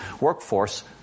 workforce